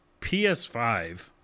PS5